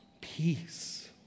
peace